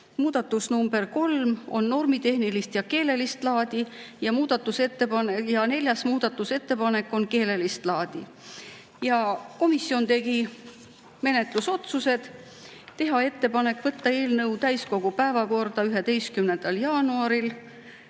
Muudatus nr 3 on normitehnilist ja keelelist laadi. Ja neljas muudatusettepanek on keelelist laadi. Komisjon tegi menetlusotsused. Teha ettepanek võtta eelnõu täiskogu päevakorda 11. jaanuaril.